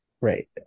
Right